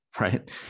Right